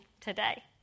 today